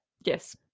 yes